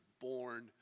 born